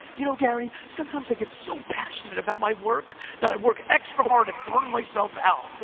you know, gary, sometimes i get so passionate about my work that i work extra hard and burn myself out.